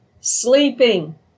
sleeping